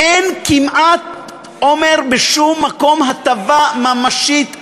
אין כמעט בשום מקום הטבה ממשית אמיתית.